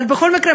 אבל בכל מקרה,